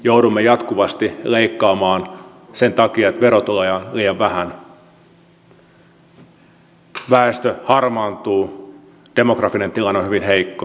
joudumme jatkuvasti leikkaamaan sen takia että verotuloja on liian vähän väestö harmaantuu demografinen tilanne on hyvin heikko